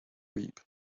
reap